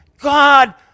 God